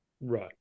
Right